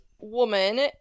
woman